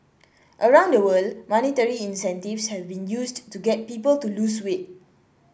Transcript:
around the world monetary incentives have been used to get people to lose weight